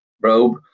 robe